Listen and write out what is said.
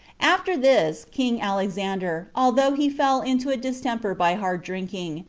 after this, king alexander, although he fell into a distemper by hard drinking,